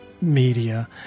media